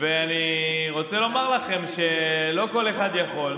אני רוצה לומר לכם שלא כל אחד יכול,